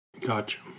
Gotcha